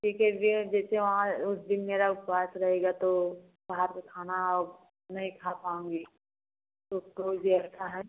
ठीक है जो जैसे वहाँ उस दिन मेरा उपवास रहेगा तो वहाँ पर खाना औ नहीं खा पाऊँगी तो कोई व्यवस्था है